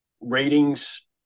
ratings